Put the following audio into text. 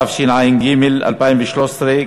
התשע"ג 2013,